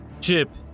Chip